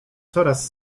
coraz